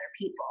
people